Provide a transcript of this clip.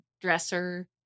Dresser